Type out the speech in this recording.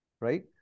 right